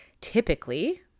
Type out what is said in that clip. typically